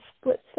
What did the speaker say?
split